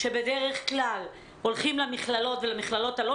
שבדרך כלל הולכים למכללות ולמכללות הלא